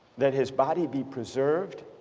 that his body be preserved,